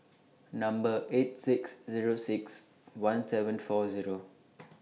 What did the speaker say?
Number eight six Zero six one seven four Zero